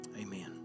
amen